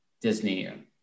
disney